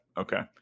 okay